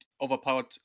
overpowered